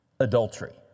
Adultery